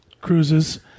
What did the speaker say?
cruises